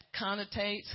connotates